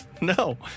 No